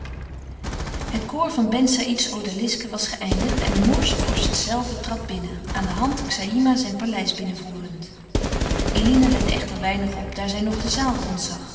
het koor van ben saïds odalisken was geëindigd en de moorsche vorst zelve trad binnen aan de hand xaïma zijn paleis binnenvoerend eline lette echter weinig op daar zij nog de zaal rondzag